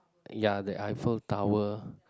ya the Eiffel Tower